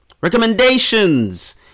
Recommendations